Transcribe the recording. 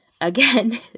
again